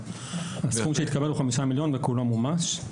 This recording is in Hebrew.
הסכום שהתקבל הוא 5 מיליון וכולו מומש.